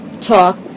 talk